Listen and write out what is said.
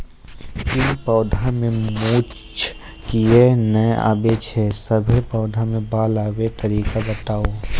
किछ पौधा मे मूँछ किये नै आबै छै, सभे पौधा मे बाल आबे तरीका बताऊ?